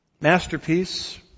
masterpiece